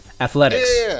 Athletics